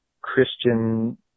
Christian